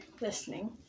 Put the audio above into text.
listening